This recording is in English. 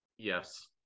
Yes